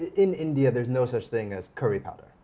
and in india there is no such thing as curry powder,